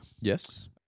Yes